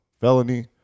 felony